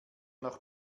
noch